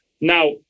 Now